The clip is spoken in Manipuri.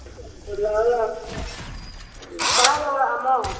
ꯑꯣ ꯂꯥꯛꯑꯣ ꯂꯥꯛꯑꯣ ꯀꯗꯥꯏ ꯌꯧꯔꯛꯑꯕꯅꯣ